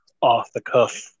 off-the-cuff